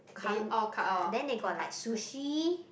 then colour then they got like sushi